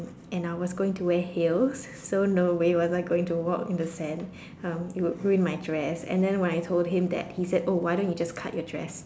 and I was going to wear heels so no way was I am going walk in the sand um it would ruin my dress and then when I told him that he said oh why don't you just cut your dress